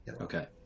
Okay